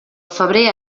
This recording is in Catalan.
febrer